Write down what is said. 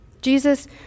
Jesus